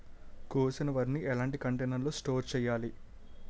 కోసిన వరిని ఎలాంటి కంటైనర్ లో స్టోర్ చెయ్యాలి?